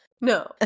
no